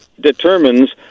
determines